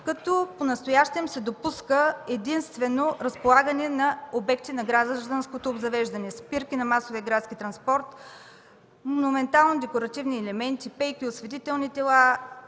като понастоящем се допуска единствено разполагане на обекти на гражданското обзавеждане – спирки на масовия градски транспорт, монументални декоративни елементи, пейки, осветителни тела,